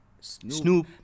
Snoop